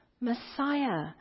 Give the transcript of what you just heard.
Messiah